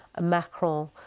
Macron